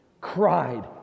cried